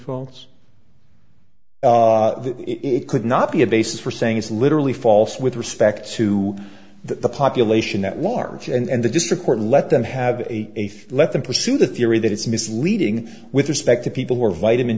falls it could not be a basis for saying it's literally false with respect to the population at large and the district court let them have a eighth let them pursue the theory that it's misleading with respect to people who are vitamin